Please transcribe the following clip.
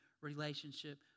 relationship